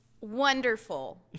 Wonderful